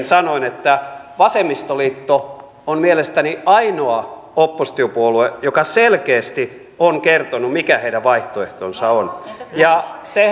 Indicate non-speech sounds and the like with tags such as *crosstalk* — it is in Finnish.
*unintelligible* sanoin että vasemmistoliitto on mielestäni ainoa oppositiopuolue joka selkeästi on kertonut mikä heidän vaihtoehtonsa on ja se *unintelligible*